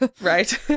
Right